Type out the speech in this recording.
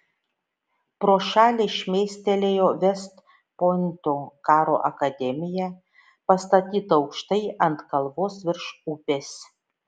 pro šalį šmėstelėjo vest pointo karo akademija pastatyta aukštai ant kalvos virš upės